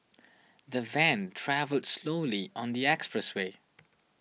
the van travelled slowly on the expressway